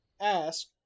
ask